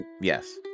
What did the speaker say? Yes